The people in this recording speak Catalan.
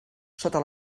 sota